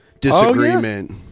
disagreement